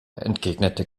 entgegnete